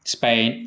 Spain